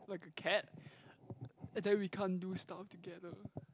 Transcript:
like a cat I tell you we can't do stuff together